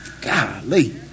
Golly